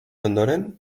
ondoren